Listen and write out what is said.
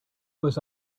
was